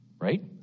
Right